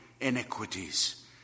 iniquities